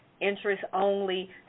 interest-only